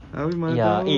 abeh mana tahu